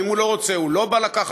ואם הוא לא רוצה הוא לא בא לקחת,